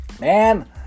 man